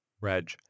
Reg